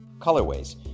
colorways